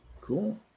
Cool